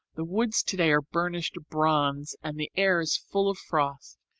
the woods today are burnished bronze and the air is full of frost.